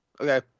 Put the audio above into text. Okay